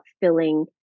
filling